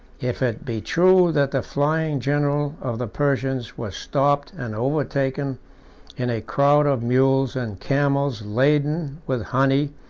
if it be true that the flying general of the persians was stopped and overtaken in a crowd of mules and camels laden with honey,